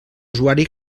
usuari